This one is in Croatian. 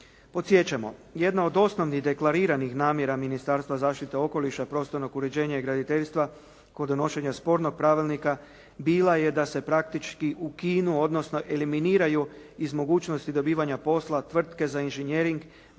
Podsjećamo jedna od osnovnih deklariranih namjera Ministarstva za zaštitu okoliša, prostornog uređenja i graditeljstva kod donošenja spornog pravilnika bila je da se praktički ukinu, odnosno eliminiraju iz mogućnosti dobivanja posla tvrtke za inženjering